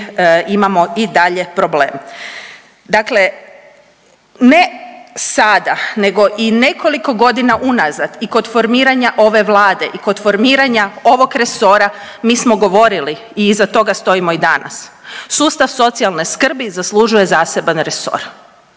imamo i dalje problem. Dakle ne sada nego i nekoliko godina unazad i kod formiranja ove vlade i kod formiranja ovog resora mi smo govorili i iza toga stojimo i danas, sustav socijalne skrbi zaslužuje zaseban resor,